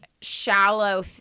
shallow